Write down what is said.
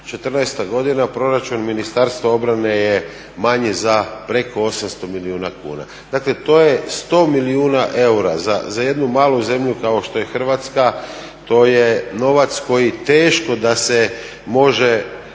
2014. godina proračun Ministarstva obrane je manji za preko 800 milijuna kuna. Dakle, to je 100 milijuna eura, za jednu malu zemlju kao što je Hrvatska to je novac koji teško da se može